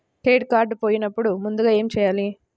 Credit card పోయినపుడు ముందుగా ఏమి చేయాలి?